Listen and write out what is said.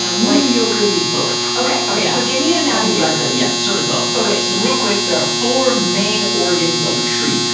and mediocrely both. okay, so give me an anatomy lesson. yeah, sort of both. okay, so real quick there are four main organs of a tree.